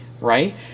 right